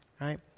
right